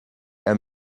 and